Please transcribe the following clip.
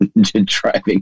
driving